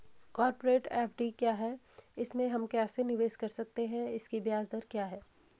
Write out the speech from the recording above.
Corporate FD क्या है इसमें हम कैसे निवेश कर सकते हैं इसकी ब्याज दर क्या है?